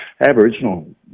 Aboriginal